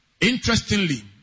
Interestingly